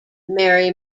mary